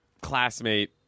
classmate